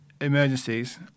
emergencies